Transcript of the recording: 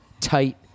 tight